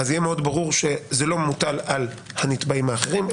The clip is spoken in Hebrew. אז יהיה ברור מאוד שזה לא מוטל על הנתבעים האחרים,